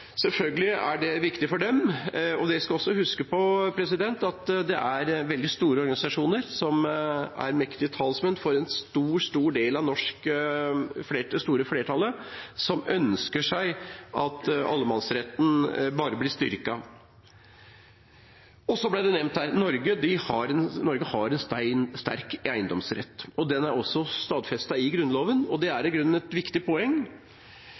Selvfølgelig er det viktig for dem, og man skal også huske på at dette er veldig store organisasjoner som er mektige talsmenn for det store flertallet som ønsker at allemannsretten blir styrket. Og så ble det nevnt her at Norge har en sterk eiendomsrett. Den er også stadfestet i Grunnloven, og det er i grunnen et viktig poeng.